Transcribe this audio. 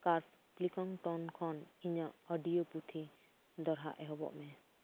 ᱠᱟᱨ ᱞᱤᱠᱟᱱ ᱴᱚᱱ ᱠᱷᱚᱱ ᱤᱧᱟᱹᱜ ᱚᱰᱤᱭᱳ ᱯᱩᱛᱷᱤ ᱫᱚᱦᱲᱟ ᱮᱦᱚᱵᱚᱜ ᱢᱮ